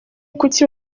kuki